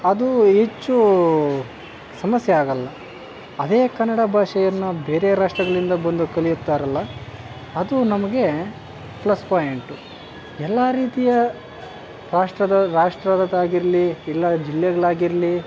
ಅದು ಹೆಚ್ಚು ಸಮಸ್ಯೆ ಆಗಲ್ಲ ಅದೇ ಕನ್ನಡ ಭಾಷೆಯನ್ನ ಬೇರೆ ರಾಷ್ಟ್ರಗಳಿಂದ ಬಂದು ಕಲಿಯುತ್ತಾರಲ್ಲ ಅದು ನಮಗೆ ಪ್ಲಸ್ ಪಾಯಿಂಟು ಎಲ್ಲ ರೀತಿಯ ರಾಷ್ಟ್ರದ ರಾಷ್ಟ್ರದ್ದಾಗಿರಲಿ ಇಲ್ಲ ಜಿಲ್ಲೆಗಳಾಗಿರ್ಲಿರಲಿ